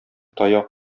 таяк